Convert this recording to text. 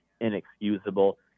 inexcusable